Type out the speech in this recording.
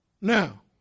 Now